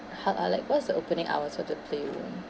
how uh like what's the opening hours of the playroom